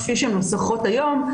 כפי שהן מנוסחות היום,